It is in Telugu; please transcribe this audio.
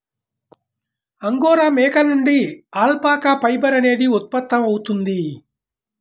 అంగోరా మేకల నుండి అల్పాకా ఫైబర్ అనేది ఉత్పత్తవుతుంది